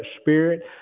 Spirit